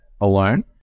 alone